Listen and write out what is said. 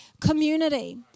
community